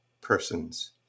person's